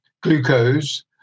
glucose